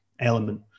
element